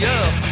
up